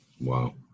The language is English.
Wow